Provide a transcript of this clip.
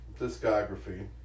discography